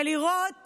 ולראות